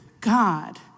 God